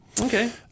Okay